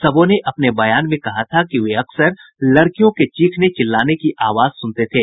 सबों ने अपने बयान में कहा था कि वे अक्सर लड़कियों के चिखने चिल्लाने की आवाज सुनते थे